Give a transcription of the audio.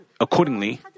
accordingly